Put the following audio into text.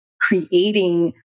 creating